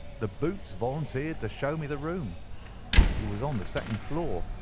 the boots volunteered to show me the room it was on the second floor,